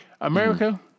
America